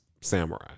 samurai